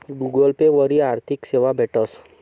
Google Pay वरी आर्थिक सेवा भेटस